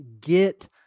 Get